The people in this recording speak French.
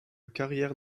carrière